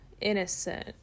innocent